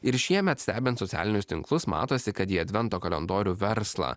ir šiemet stebint socialinius tinklus matosi kad į advento kalendorių verslą